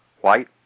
white